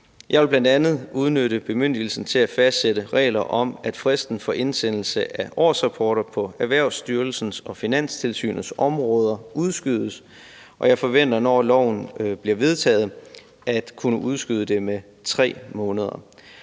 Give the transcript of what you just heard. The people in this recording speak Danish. Jeg vil bl.a. udnytte bemyndigelsen til at fastsætte regler om, at fristen for indsendelse af årsrapporter på Erhvervsstyrelsens og Finanstilsynets områder udskydes, og jeg forventer, når loven bliver vedtaget, at kunne udskyde det med 3 måneder.